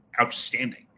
outstanding